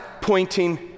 pointing